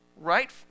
right